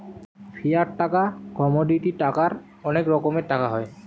fiat টাকা, commodity টাকার অনেক রকমের টাকা হয়